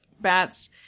bats